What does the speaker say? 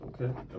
Okay